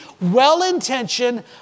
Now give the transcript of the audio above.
well-intentioned